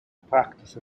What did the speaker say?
practice